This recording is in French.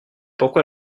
pourquoi